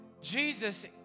Jesus